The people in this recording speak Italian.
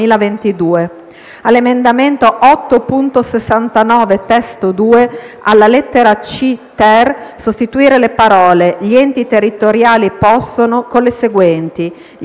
all'emendamento 8.69 (testo 2), alla lettera *c)*-*ter*, sostituire le parole: "gli enti territoriali possono" con le seguenti: